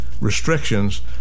restrictions